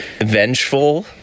vengeful